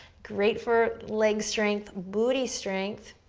great for leg strength, booty strength.